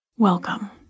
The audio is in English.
Welcome